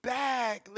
back